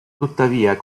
tuttavia